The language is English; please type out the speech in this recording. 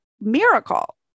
miracle